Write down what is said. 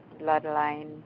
bloodline